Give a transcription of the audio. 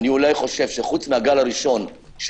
חוץ מהגל הראשון,